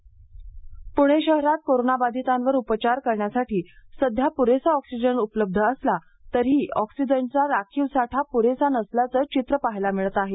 पणे ऑक्सिजन पुणे शहरात कोरोनाबाधितांवर उपचार करण्यासाठी सध्या पुरेसा ऑक्सिजन उपलब्ध असला तरीही ऑक्सिजनचा राखीव साठा पुरेसा नसल्याचं चित्र पहायला मिळत आहे